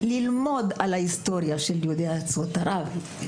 שבו ילמדו על ההיסטוריה של יהודי ארצות ערב.